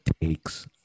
takes